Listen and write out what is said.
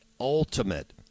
ultimate